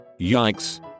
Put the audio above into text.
yikes